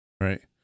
right